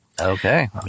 Okay